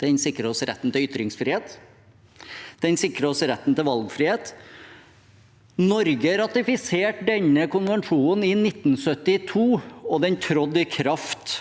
Den sikrer oss retten til ytringsfrihet, og den sikrer oss retten til valgfrihet. Norge ratifisert denne konvensjonen i 1972, og den trådte i kraft